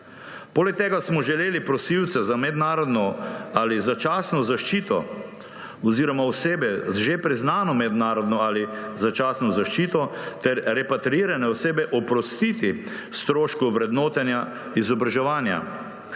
Poleg tega smo želeli prosilce za mednarodno ali začasno zaščito oziroma osebe z že priznano mednarodno ali začasno zaščito ter repatriirane osebe oprostiti stroškov vrednotenja izobraževanja.